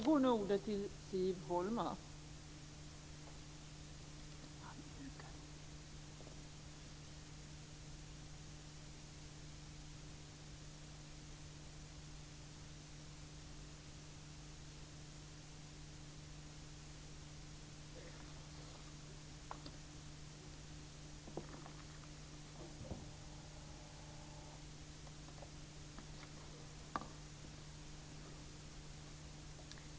Fru talman!